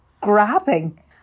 grabbing